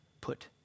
put